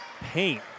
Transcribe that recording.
paint